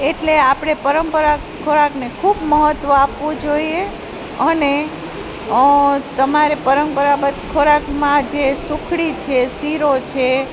એટલે આપણે પરંપરા ખોરાકને ખૂબ મહત્ત્વ આપવું જોઈએ અને તમારે પરંપરાગત ખોરાકમાં જે સુખડી છે શીરો છે